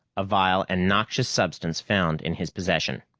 a vile and noxious substance found in his possession.